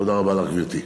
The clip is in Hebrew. תודה רבה לך, גברתי.